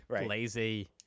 lazy